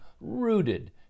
rooted